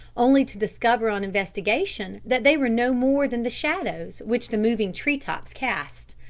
only to discover on investigation that they were no more than the shadows which the moving tree-tops cast.